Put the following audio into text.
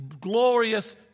glorious